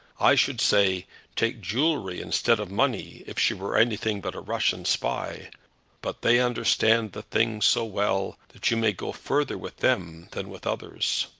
i should say take jewellery instead of money if she were anything but a russian spy but they understand the thing so well, that you may go farther with them than with others.